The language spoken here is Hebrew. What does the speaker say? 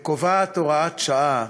וקובעת הוראת שעה